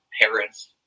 parents